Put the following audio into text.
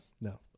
No